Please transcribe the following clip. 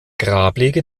grablege